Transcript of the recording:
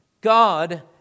God